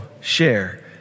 share